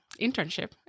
internship